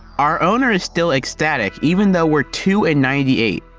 our owner is still ecstatic even though we're two in ninety eight,